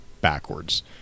backwards